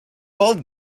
old